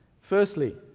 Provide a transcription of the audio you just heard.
Firstly